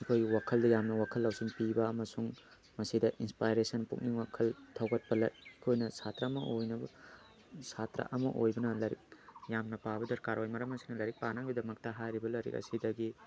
ꯑꯩꯈꯣꯏꯒꯤ ꯋꯥꯈꯜꯗ ꯌꯥꯝꯅ ꯋꯥꯈꯜ ꯂꯧꯁꯤꯡ ꯄꯤꯕ ꯑꯃꯁꯨꯡ ꯃꯁꯤꯗ ꯏꯟꯁꯄꯥꯏꯔꯦꯁꯟ ꯄꯨꯛꯅꯤꯡ ꯋꯥꯈꯜ ꯊꯧꯒꯠꯄ ꯑꯩꯈꯣꯏꯅ ꯁꯥꯇ꯭ꯔ ꯑꯃ ꯑꯣꯏꯅꯕ ꯁꯥꯇ꯭ꯔ ꯑꯃ ꯑꯣꯏꯕꯅ ꯂꯥꯏꯔꯤꯛ ꯌꯥꯝꯅ ꯄꯥꯕ ꯗꯔꯀꯥꯔ ꯑꯣꯏ ꯃꯔꯝ ꯑꯁꯤꯅ ꯂꯥꯏꯔꯤꯛ ꯄꯅꯕꯒꯤꯗꯃꯛꯇ ꯍꯥꯏꯔꯤꯕ ꯂꯥꯏꯔꯤꯛ ꯑꯁꯤꯗꯒꯤ